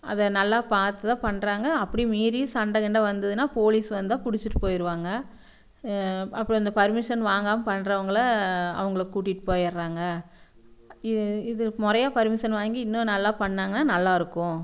அதை நல்லா பார்த்து தான் பண்ணுறாங்க அப்படியும் மீறி சண்டை கிண்டை வந்ததுனா போலீஸ் வந்தால் பிடுச்சிட்டு போயிடுவாங்க அப்புறம் இந்த பர்மிஷன் வாங்காமல் பண்றவங்களை அவங்களை கூட்டிகிட்டு போயிடுறாங்க இது இது முறையாக பர்மிஷன் வாங்கி இன்னும் நல்லா பண்ணிணாங்கன்னா நல்லா இருக்கும்